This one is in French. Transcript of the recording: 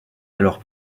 alors